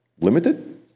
limited